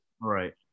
Right